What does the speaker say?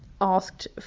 asked